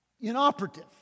Inoperative